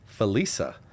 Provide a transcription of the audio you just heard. Felisa